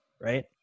right